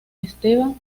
esteban